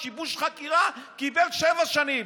על שיבוש חקירה קיבל שבע שנים.